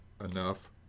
enough